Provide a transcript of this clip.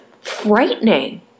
frightening